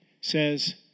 says